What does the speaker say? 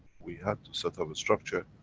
we had to set up a structure,